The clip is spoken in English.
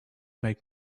make